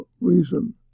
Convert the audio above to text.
reason